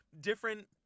different